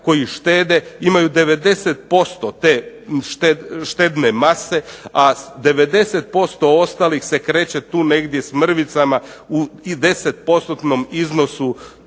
koji štede imaju 90% te štedne mase, a 90% ostalih se kreće tu negdje s mrvicama u 10%-tnom